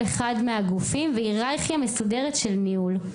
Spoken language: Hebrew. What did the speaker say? אחד מהגופים והיררכיה מסודרת של ניהול.